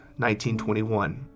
1921